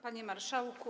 Panie Marszałku!